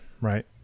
right